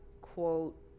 quote